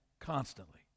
constantly